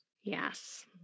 Yes